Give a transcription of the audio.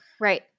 Right